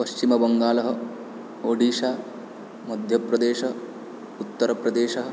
पश्चिमवङ्गालः ओडिशा मध्यप्रदेशः उत्तरप्रदेशः